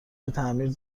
تعمیر